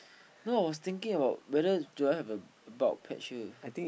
no I was thinking about whether do I have a about patch here